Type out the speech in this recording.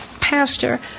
Pastor